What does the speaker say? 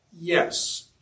Yes